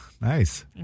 Nice